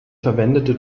verwendete